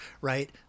right